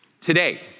Today